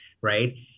right